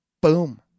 boom